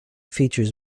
features